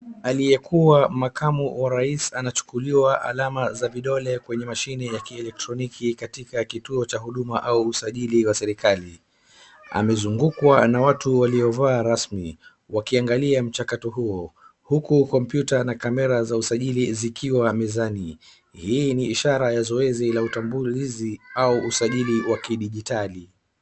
Aliyekuwa makamu wa rais anachukuliwa alama za vidole kwenye mashine ya kielectroniki katika kituo cha huduma au usajili wa serikali ,amezungukwa na watu waliovaa rasmi wakiangalia mchakato huo ,huku computer na camera za usajili zikiwa mezani , hii ni ishara ya zoezi la utambulizi au usajili wa kidijitali .